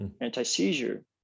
anti-seizure